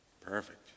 Perfect